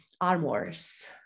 armors